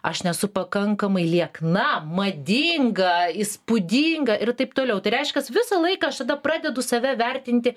aš nesu pakankamai liekna madinga įspūdinga ir taip toliau tai reiškias visą laiką aš tada pradedu save vertinti